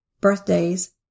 birthdays